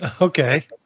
Okay